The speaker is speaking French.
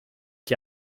qui